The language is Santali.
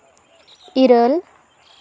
ᱤᱨᱟᱹᱞ